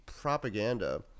propaganda